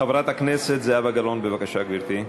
חברת הכנסת זהבה גלאון, בבקשה, גברתי.